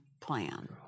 plan